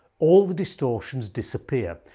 all the distortions disappear,